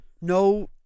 No